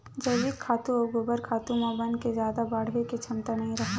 जइविक खातू अउ गोबर खातू म बन के जादा बाड़हे के छमता नइ राहय